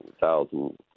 thousand